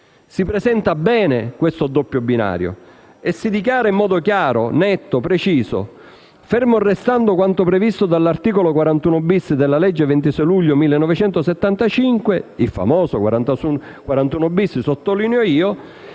si presenta bene il doppio binario e si dichiara in modo chiaro, netto e preciso: «Fermo restando quanto previsto dall'articolo 41-*bis* della legge 26 luglio 1975, n. 354,» - il famoso 41-*bis*, sottolineo io